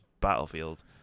battlefield